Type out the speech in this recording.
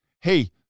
Hey